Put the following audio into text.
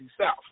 South